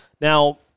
Now